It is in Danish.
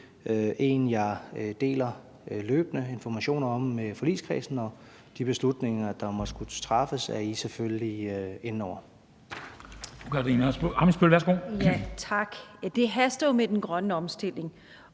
en, jeg deler løbende informationer om med forligskredsen, og de beslutninger, der måtte skulle træffes, er I selvfølgelig inde over. Kl. 13:30 Formanden (Henrik